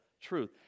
truth